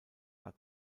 war